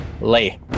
lay